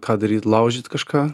ką daryt laužyt kažką